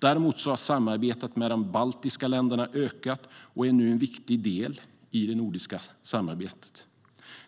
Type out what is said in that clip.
Däremot har samarbetet med de baltiska länderna ökat och är nu en viktig del i det nordiska samarbetet.